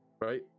right